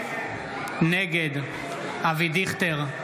נגד אבי דיכטר,